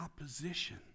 opposition